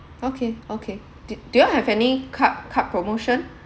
okay okay d~ do you all have any card card promotion